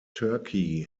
turkey